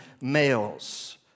males